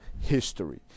history